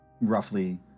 roughly